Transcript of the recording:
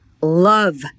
love